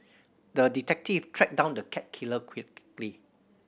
the detective tracked down the cat killer quickly